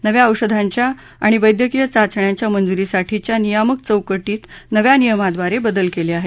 नव्या औषधांच्या आणि वद्यक्रीय चाचण्यांच्या मंजुरीसाठीच्या नियामक चौकटीत नव्या नियमांद्रारे बदल केले आहेत